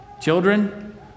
Children